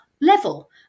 level